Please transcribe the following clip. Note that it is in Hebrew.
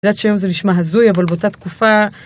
לדעת שהיום זה נשמע הזוי, אבל באותה תקופה...